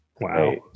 wow